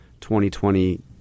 2020